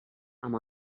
amb